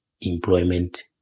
employment